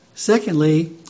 Secondly